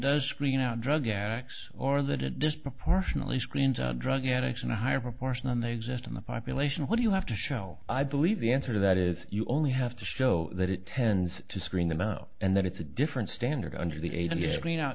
does screen out drug addicts or that it disproportionately screened drug addicts in a higher proportion and they exist in the population what do you have to show i believe the answer to that is you only have to show that it tends to screen them out and that it's a different standard under the ada get clean out